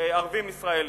ערבים ישראלים.